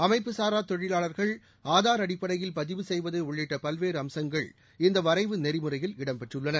அமைப்புசாராதொழிலாளர்கள் ஆதார் அடிப்படையில் பதிவு செய்வதஉள்ளிட்டபல்வேறுஅம்சங்கள் இந்தவரைவு நெறிமுறையில் இடம்பெற்றுள்ளன